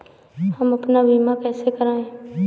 हम अपना बीमा कैसे कराए?